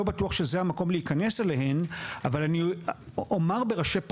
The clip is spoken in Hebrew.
בטוח שהזה המקום להיכנס אליהן אבל אני אומר בראשי פרקים: